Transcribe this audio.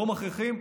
לא מכריחים,